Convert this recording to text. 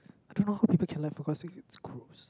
I don't know how people can like food court so it's gross